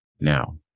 now